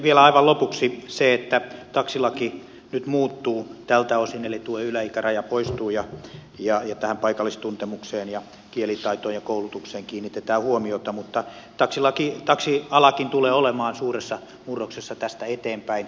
vielä aivan lopuksi se että taksilaki nyt muuttuu tältä osin eli tuo yläikäraja poistuu ja tähän paikallistuntemukseen ja kielitaitoon ja koulutukseen kiinnitetään huomiota mutta taksialakin tulee olemaan suuressa murroksessa tästä eteenpäin